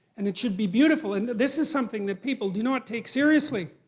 and it should be beautiful. and this is something that people do not take seriously.